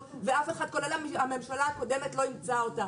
ואף אחד כולל הממשלה הקודמת לא אימצה אותו,